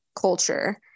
culture